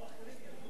כל האחרים ירדו?